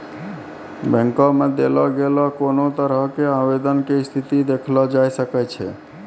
बैंको मे देलो गेलो कोनो तरहो के आवेदन के स्थिति देखलो जाय सकै छै